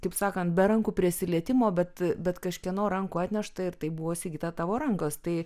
kaip sakant be rankų prisilietimo bet bet kažkieno rankų atnešta ir tai buvo sigita tavo rankos tai